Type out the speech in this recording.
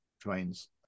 trains